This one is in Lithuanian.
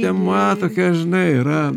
tema tokia žinai yra